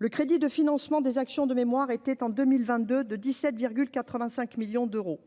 le crédit de financement des actions de mémoire était en 2022 de 17 85 millions d'euros,